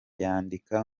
cyandika